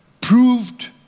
proved